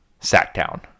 Sacktown